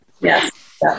Yes